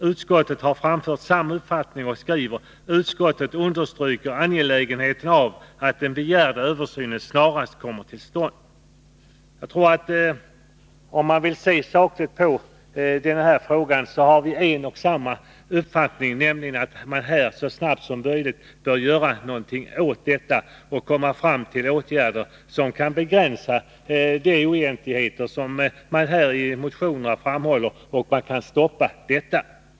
Utskottet har framfört samma uppfattning och skriver: ”-—— vill utskottet understryka angelägenheten av att den begärda översynen snarast kommer till stånd.” Jag tror, att om man vill se sakligt på den här frågan, skall man finna att vi har en och samma uppfattning, nämligen att man så snart som möjligt bör göra någonting åt detta och komma fram till åtgärder som kan begränsa de oegentligheter som man pekar på i motionerna, så att man kan stoppa dem.